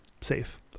safe